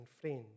friends